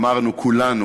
אמרנו כולנו,